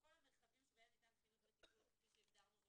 וכל המרחבים שבהם ניתן חינוך וטיפול כפי שהגדרנו אותו